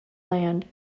land